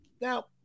Now